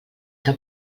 que